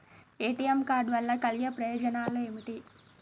ATM card వల్ల కలిగే ప్రయోజనాలు ఏమిటి?